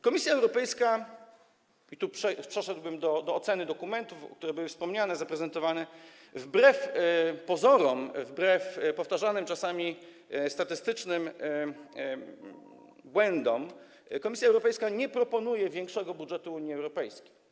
Komisja Europejska - i tu przeszedłbym do oceny dokumentów, które były wspomniane, zaprezentowane - wbrew pozorom, wbrew powtarzanym czasami statystycznym błędom nie proponuje większego budżetu Unii Europejskiej.